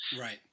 Right